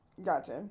Gotcha